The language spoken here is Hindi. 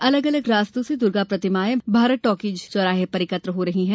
अलग अलग रास्तों से दूर्गा प्रतिमायें भारत टॉकीज चौराहे पर एकत्रित हो रही हैं